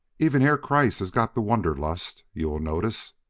even herr kreiss has got the wanderlust, you will notice.